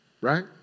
Right